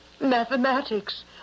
mathematics